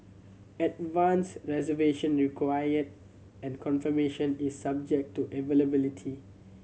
advance reservation required and confirmation is subject to availability